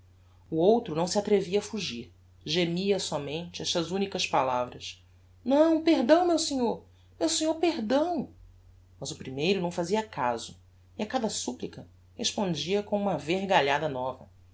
o outro não se atrevia a fugir gemia somente estas unicas palavras não perdão meu senhor meu senhor perdão mas o primeiro não fazia caso e a cada supplica respondia com uma vergalhada nova